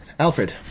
Alfred